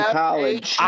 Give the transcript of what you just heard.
college